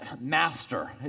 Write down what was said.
master